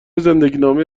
زندگینامه